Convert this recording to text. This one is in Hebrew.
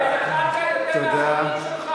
אני מתגאה בטיבי, ובזחאלקה, יותר מהחברים שלך.